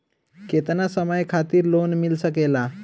केतना समय खातिर लोन मिल सकेला?